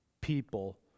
people